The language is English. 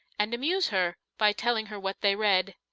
and amuse her by telling her what they read.